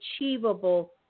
achievable